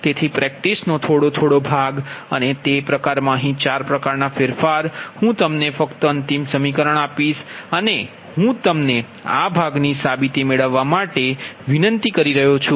તેથી પ્રેક્ટિસનો થોડો થોડો ભાગ અને તે પ્રકારમાં અહીં 4 પ્રકારનાં ફેરફાર હું તમને ફક્ત અંતિમ સમીકરણ આપીશ અને હું તમને આ ભાગની સાબિતિ મેળવવા માટે વિનંતી કરીશ